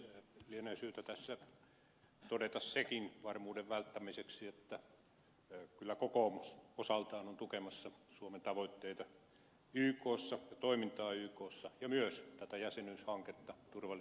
lienee syytä tässä todeta varmuudeksi sekin että kyllä kokoomus osaltaan on tukemassa suomen tavoitteita ja toimintaa ykssa ja myös tätä jäsenyyshanketta turvallisuusneuvostossa